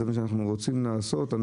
זה מה שאנחנו רוצים לעשות?